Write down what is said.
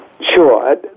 Sure